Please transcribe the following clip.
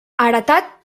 heretat